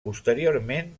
posteriorment